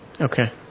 Okay